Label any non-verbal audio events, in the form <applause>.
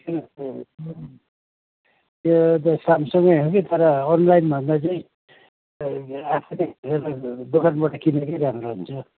<unintelligible> त्यो चाहिँ स्यामसङै हो कि तर अनलाइनभन्दा चाहिँ <unintelligible> आफूले हेरेर दोकानबाट किनेकै राम्रो हुन्छ